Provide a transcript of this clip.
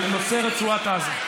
על נושא רצועת עזה.